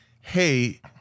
hey